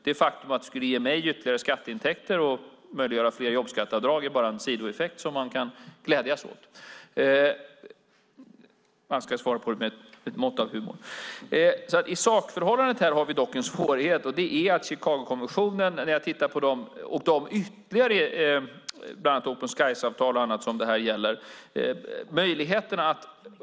Det faktum att det skulle ge mig ytterligare skatteintäkter och möjliggöra fler jobbskatteavdrag är bara en sidoeffekt som vi kan glädjas åt - man ska se på det med ett mått av humor. I sakförhållandet har vi dock en svårighet, och det är möjligheten att upphäva Chicagokonventionen och ytterligare sådana avtal, bland annat open skies-avtal.